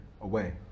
away